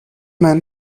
man